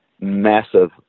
Massive